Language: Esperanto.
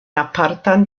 apartan